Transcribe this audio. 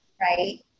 right